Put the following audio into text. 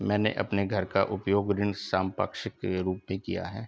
मैंने अपने घर का उपयोग ऋण संपार्श्विक के रूप में किया है